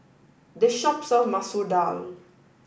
this shop sells Masoor Dal